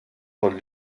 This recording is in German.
von